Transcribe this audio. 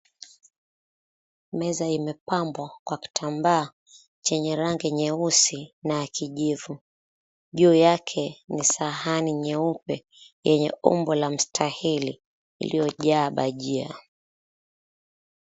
Meza imepambwa kwa kitambaa chenye rangi nyeusi na ya kijivu. Juu yake ni sahani nyeupe yenye umbo la mstahili iliyojaa bajia.